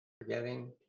forgetting